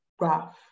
rough